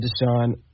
Deshaun